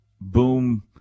boom